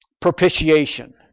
Propitiation